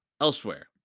Elsewhere